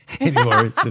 anymore